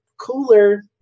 cooler